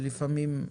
ולפעמים,